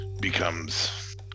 becomes